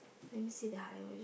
let me see the